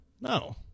No